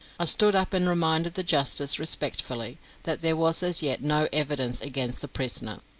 i stood up and reminded the justice respectfully that there was as yet no evidence against the prisoner,